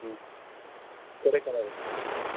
ம் கொடைக்கானல் ம்